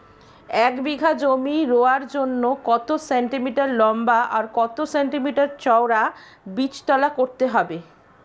এক বিঘা জমি রোয়ার জন্য কত সেন্টিমিটার লম্বা আর কত সেন্টিমিটার চওড়া বীজতলা করতে হবে?